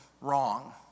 wrong